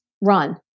run